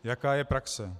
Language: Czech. Jaká je praxe?